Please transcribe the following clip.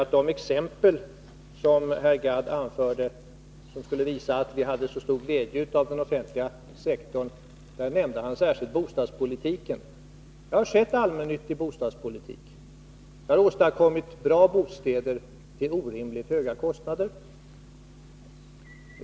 I de exempel herr Gadd anförde, som skulle visa att vi hade så stor glädje av den offentliga sektorn, nämnde han särskilt bostadspolitiken. Vi har sett allmännyttig bostadspolitik. Man har åstadkommit bra bostäder till orimligt höga kostnader.